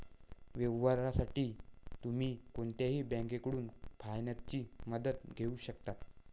व्यवसायासाठी तुम्ही कोणत्याही बँकेकडून फायनान्सची मदत घेऊ शकता